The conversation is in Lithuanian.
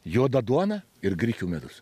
juoda duona ir grikių medus